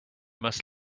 must